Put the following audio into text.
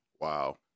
Wow